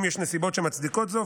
אם יש נסיבות שמצדיקות זאת,